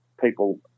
people